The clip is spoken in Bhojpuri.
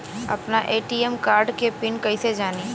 आपन ए.टी.एम कार्ड के पिन कईसे जानी?